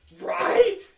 Right